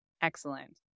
Excellent